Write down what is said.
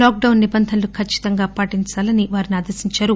lock down నిబంధనలు ఖచ్ఛితంగా పాటించాలని వారిని ఆదేశించారు